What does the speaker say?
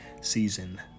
season